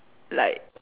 like